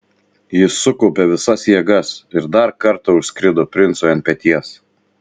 jis sukaupė visas jėgas ir dar kartą užskrido princui ant peties